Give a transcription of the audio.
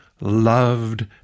loved